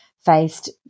Faced